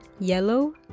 yellow